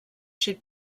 should